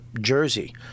Jersey